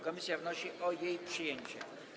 Komisja wnosi o jej przyjęcie.